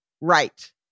Right